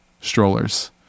strollers